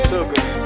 Sugar